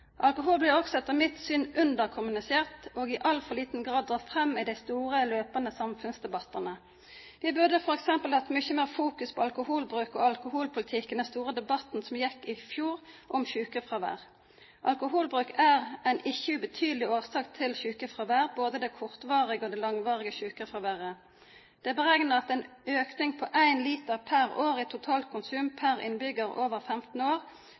Alkohol blir også etter mitt syn underkommunisert og i altfor liten grad dratt fram i de store, løpende samfunnsdebattene. Vi burde f.eks. hatt mye mer fokus på alkoholbruk og alkoholpolitikk i den store debatten som gikk i fjor om sykefravær. Alkoholbruk er en ikke ubetydelig årsak til sykefravær, både det kortvarige og det langvarige sykefraværet. Det er beregnet at en økning på en liter per år i totalkonsum per innbygger over 15 år